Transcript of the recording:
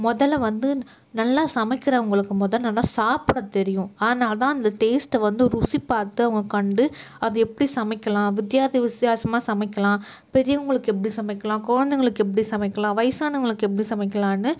முதல்ல வந்து நல்லா சமைக்கிறவங்களுக்கு மொதல் நல்லா சாப்பிட தெரியும் அதனால் தான் அந்த டேஸ்ட்டை வந்து ருசி பார்த்து அவங்க கண்டு அது எப்படி சமைக்கலாம் வித்தியாச வித்தியாசியாசமா சமைக்கலாம் பெரியவர்களுக்கு எப்படி சமைக்கலாம் குழந்தைங்களுக்கு எப்படி சமைக்கலாம் வயதானவங்களுக்கு எப்படி சமைக்கலாம்னு